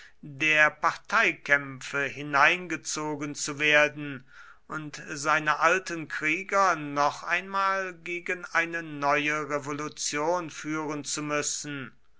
der parteikämpfe hineingezogen zu werden und seine alten krieger noch einmal gegen eine neue revolution führen zu müssen